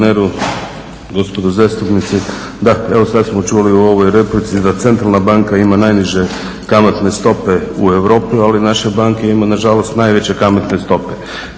gospodine guverneru, gospodo zastupnici. Da, evo sad smo čuli u ovoj replici da centralna banka ima najniže kamatne stope u Europi, ali naša banka ima nažalost najveće kamatne stope.